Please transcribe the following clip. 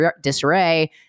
disarray